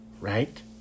Right